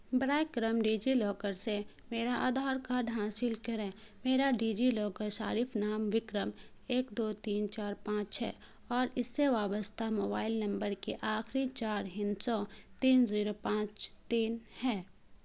برائے کرم DigiLocker سے میرا آدھار کارڈ حاصل کریں میرا ڈیجی لاکر صارف نام وکرم ایک دو تین چار پانچ ہے اور اس سے وابستہ موبائل نمبر کے آخری چار ہندسوں تین زیرو پانچ تین ہیں